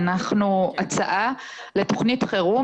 הנחנו הצעה לתכנית חירום,